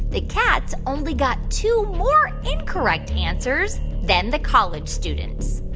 the cats only got two more incorrect answers than the college students?